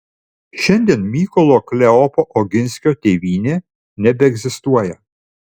šiandien mykolo kleopo oginskio tėvynė nebeegzistuoja